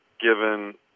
given